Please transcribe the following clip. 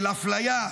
של אפליה,